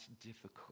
difficult